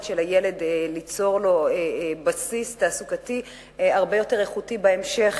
של הילד ליצור לו בסיס תעסוקתי הרבה יותר איכותי בהמשך,